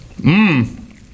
Mmm